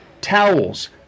towels